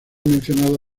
mencionado